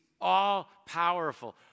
all-powerful